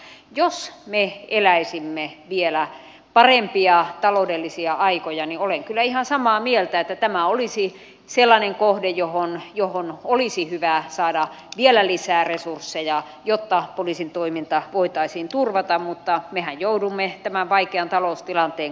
olen kyllä ihan samaa mieltä että jos me eläisimme vielä parempia taloudellisia aikojani olen kyllä ihan samaa aikoja niin tämä olisi sellainen kohde johon olisi hyvä saada vielä lisää resursseja jotta poliisin toiminta voitaisiin turvata mutta mehän joudumme tämän vaikean taloustilanteen kanssa nyt taiteilemaan